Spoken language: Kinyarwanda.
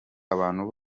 abantu